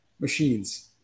machines